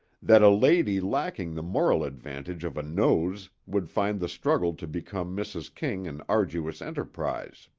that a lady lacking the moral advantage of a nose would find the struggle to become mrs. king an arduous enterprise.